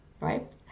right